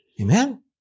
Amen